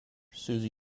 suzy